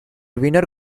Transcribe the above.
winter